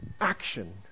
action